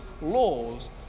laws